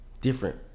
different